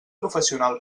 professional